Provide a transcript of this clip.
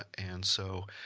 and so,